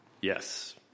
Yes